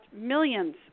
millions